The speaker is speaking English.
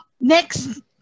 Next